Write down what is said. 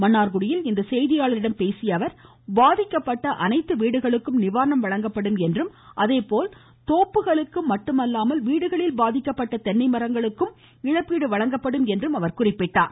மன்னார்குடியில் இன்று செய்தியாளர்களிடம் பேசிய அவர் பாதிக்கப்பட்ட அனைத்து வீடுகளுக்கும் நிவாரணம் வழங்கப்படும் என்றும் அதேபோல் தோப்புகளில் மட்டுமல்லாமல் வீடுகளிலும் பாதிக்கப்பட்ட தென்னை மரங்களுக்கு இழப்பீடு வழங்கப்படும் என்றார்